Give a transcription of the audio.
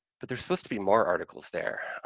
but there's supposed to be more articles there.